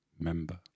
member